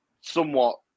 somewhat